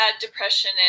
depression